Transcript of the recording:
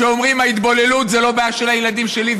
שאומרים: ההתבוללות זו לא הבעיה של הילדים שלי,